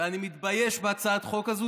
ואני מתבייש בהצעת החוק הזו,